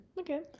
okay